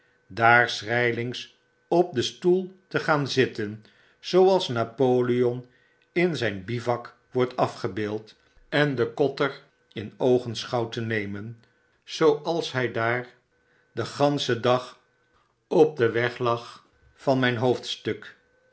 daar schrijlings op den stoel te gaan zitten zooals napoleon in zyn bivak wordt afgebeeld en den kotter in oogenschouw te nemen zooals hy daar den gansehen dag op den weg lag van mijn hoofdstuk